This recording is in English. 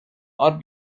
odd